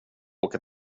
åka